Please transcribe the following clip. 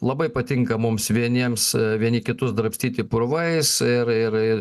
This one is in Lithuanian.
labai patinka mums vieniems vieni kitus drabstyti purvais ir ir